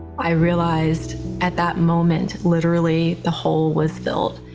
i realized at that moment, literally the hole was filled.